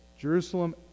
Jerusalem